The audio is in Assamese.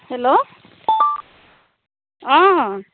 হেল্ল' অঁ